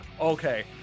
okay